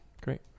Great